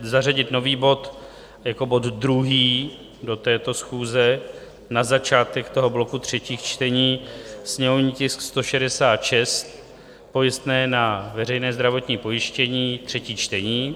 Zařadit dnes nový bod jako bod druhý do této schůze na začátek bloku třetích čtení, sněmovní tisk 166, pojistné na veřejné zdravotní pojištění, třetí čtení.